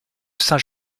saint